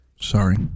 Sorry